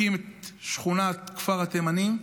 הקים את שכונת כפר התימנים.